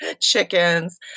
chickens